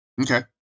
Okay